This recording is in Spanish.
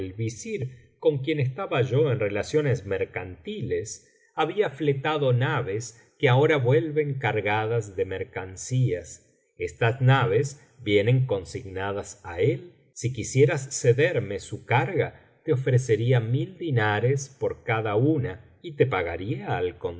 visir con quien estaba yo en relaciones mercantiles había fletado naves que ahora vuelven cargadas de mercancías estas naves vienen consignadas á él si quisieras cederme su carga te ofrecería mil dinares por cada una y te pagaría al